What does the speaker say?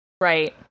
Right